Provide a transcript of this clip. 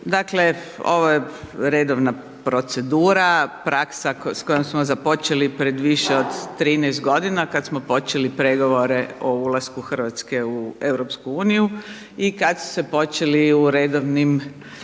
Dakle ovo je redovna procedura, praksa s kojom smo započeli pred više od 13 g., kad smo počeli pregovore o ulasku Hrvatske u EU i kad su se počeli u redovnim